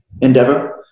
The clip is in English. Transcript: endeavor